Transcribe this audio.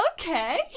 okay